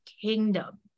kingdom